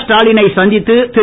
ஸ்டாலினை சந்தித்து திரு